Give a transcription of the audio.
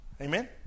Amen